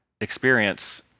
experience